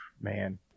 man